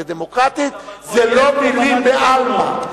ו"דמוקרטית" זה לא מלים בעלמא.